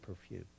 perfume